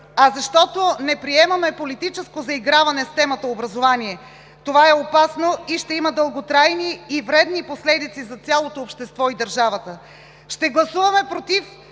а защото не приемаме политическо заиграване с темата „Образование“. Това е опасно и ще има дълготрайни и вредни последици за цялото общество и държавата. Ще гласуваме „против“,